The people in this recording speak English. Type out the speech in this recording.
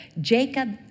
Jacob